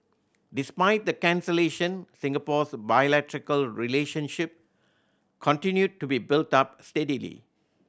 despite the cancellation Singapore's bilateral relationship continued to be built up steadily